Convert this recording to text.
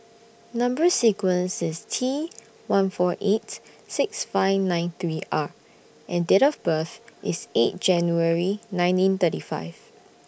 Number sequence IS T one four eight six five nine three R and Date of birth IS eight January nineteen thirty five